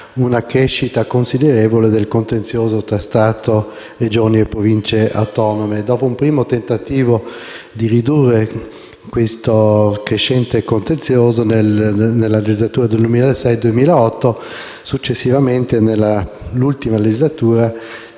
una crescita considerevole del contenzioso tra Stato, Regioni e Province autonome. Dopo un primo tentativo di ridurre questo crescente contenzioso nella legislatura 2006-2008, successivamente, nelle ultime legislature